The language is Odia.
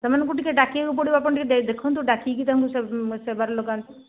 ସେମାନଙ୍କୁ ଟିକେ ଡାକିବାକୁ ପଡ଼ିବ ଆପଣ ଟିକେ ଦେଖନ୍ତୁ ଡାକିକି ତାଙ୍କୁ ସେବାରେ ଲଗାନ୍ତୁ